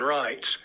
rights